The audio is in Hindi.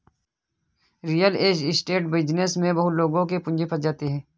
रियल एस्टेट बिजनेस में बहुत से लोगों की पूंजी फंस जाती है